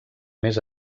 més